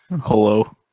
hello